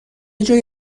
جای